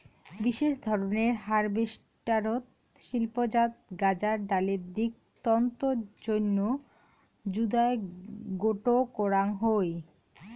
বিশেষ ধরনের হারভেস্টারত শিল্পজাত গাঁজার ডালের দিক তন্তুর জইন্যে জুদায় গোটো করাং হই